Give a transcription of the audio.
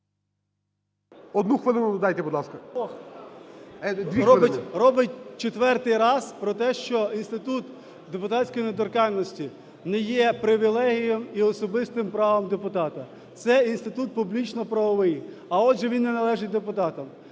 Дві хвилини. КНЯЗЕВИЧ Р.П. Робить четвертий раз про те, що інститут депутатської недоторканності не є привілеями і особистим правом депутата. Це інститут публічно-правовий, а, отже, він не належить депутатам.